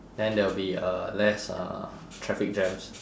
and there will be uh less uh traffic jams